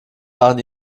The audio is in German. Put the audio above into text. waren